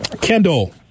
Kendall